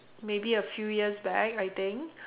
maybe a few years back I think